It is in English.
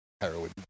heroin